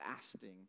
fasting